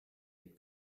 had